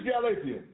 Galatians